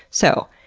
so,